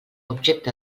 objecte